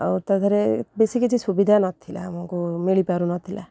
ଆଉ ତା'ଦିହରେ ବେଶୀ କିଛି ସୁବିଧା ନଥିଲା ଆମକୁ ମିଳି ପାରୁନଥିଲା